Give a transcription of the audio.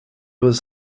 was